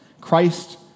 Christ